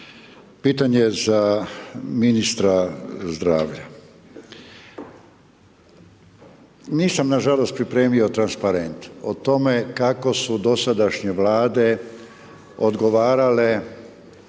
Pitanje je za ministra zdravlja. Nisam nažalost pripremio transparent o tome kako su dosadašnje Vlade odgovarale